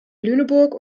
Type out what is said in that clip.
lüneburg